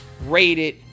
rated